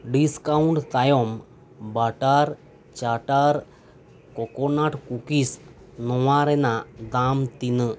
discount ᱛᱟᱭᱚᱢ butter ᱪᱟᱴᱟᱨ coconut cookies ᱱᱚᱣᱟ ᱨᱮᱱᱟᱜ ᱫᱟᱢ ᱛᱤᱱᱟᱹᱜ